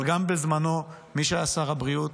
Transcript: אבל גם בזמנו של מי שהיה שר הבריאות,